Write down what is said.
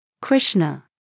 Krishna